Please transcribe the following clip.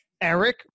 Eric